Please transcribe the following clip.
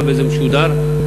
וזה משודר,